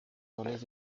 roles